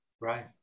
Right